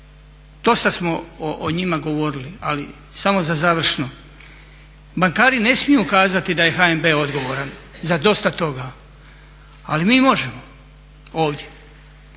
dosta smo o njima govorili, ali samo za završno. Bankari ne smiju kazati da je HNB odgovoran za dosta toga ali mi možemo ovdje.